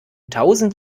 tausend